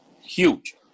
Huge